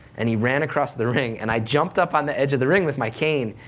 and he ran across the ring, and i jumped up on the edge of the ring with my cane,